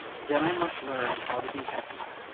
then i must learn how to be happy.